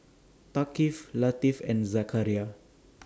Thaqif Latif and Zakaria